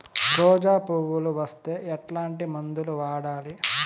రోజా పువ్వులు వస్తే ఎట్లాంటి మందులు వాడాలి?